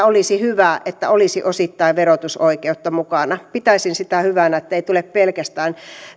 olisi hyvä että olisi osittain verotusoikeutta mukana pitäisin sitä hyvänä ettei tule pelkästään